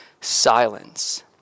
silence